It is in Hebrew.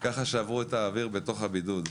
ככה שברו את האוויר בתוך הבידוד.